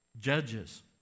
Judges